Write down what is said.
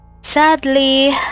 sadly